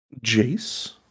Jace